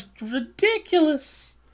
ridiculous